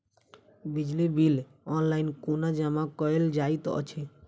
बिजली bill online कोना जमा कएल जाइत अछि?